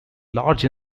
large